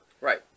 Right